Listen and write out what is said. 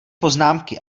poznámky